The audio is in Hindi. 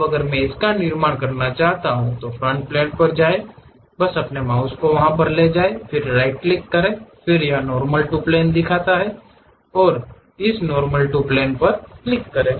अब अगर मैं इसका निर्माण करना चाहता हूं तो फ्रंट प्लेन पर जाएं बस अपने माउस को ले जाएं फिर राइट क्लिक करें फिर यह नॉर्मल टू प्लेन दिखाता है उस नॉर्मल टू प्लेन पर क्लिक करें